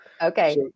okay